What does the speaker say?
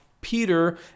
Peter